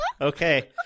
Okay